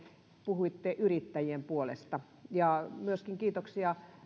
puhuitte yrittäjien puolesta kiitoksia myöskin